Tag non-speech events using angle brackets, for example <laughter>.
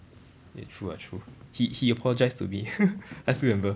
true ah true he he apologised to me <laughs> I still remember